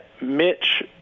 Mitch